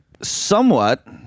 Somewhat